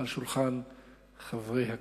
על שולחן הכנסת,